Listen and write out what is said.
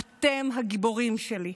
אתם הגיבורים שלי.